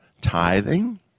Tithing